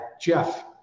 Jeff